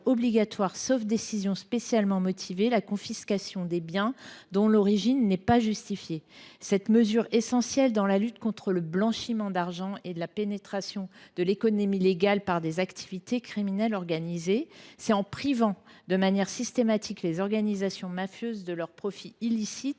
sauf décision spécialement motivée, la confiscation des biens dont l’origine n’est pas justifiée. Cette mesure est essentielle pour lutter contre le blanchiment d’argent et la pénétration de l’économie légale par des activités criminelles organisées. C’est en privant de manière systématique les organisations mafieuses de leurs profits illicites